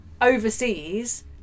overseas